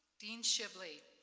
dean shibley,